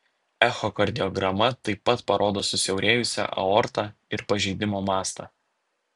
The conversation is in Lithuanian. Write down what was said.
echokardiograma taip pat parodo susiaurėjusią aortą ir pažeidimo mastą